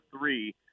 three